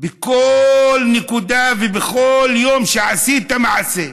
בכל נקודה ובכל יום שעשית מעשה.